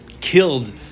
killed